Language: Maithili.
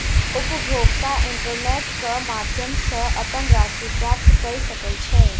उपभोगता इंटरनेट क माध्यम सॅ अपन राशि प्राप्त कय सकै छै